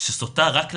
שסוטה רק להלכה,